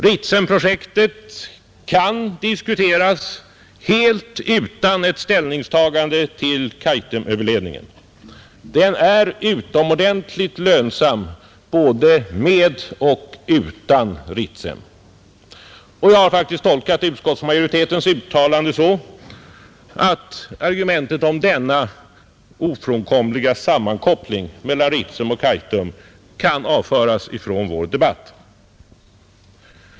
Ritsemprojektet kan diskuteras helt utan ett ställningstagande till Kaitumöverledningen. Den är utomordentligt lönsam både med och utan Ritsem. Jag har faktiskt tolkat utskottsmajoritetens uttalande så att argumentet om denna ofrånkomliga sammankoppling mellan Ritsem och Kaitum kan avföras från vår debatt.